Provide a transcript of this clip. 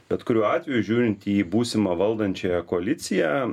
bet kuriuo atveju žiūrint į būsimą valdančiąją koaliciją